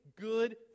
good